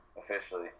officially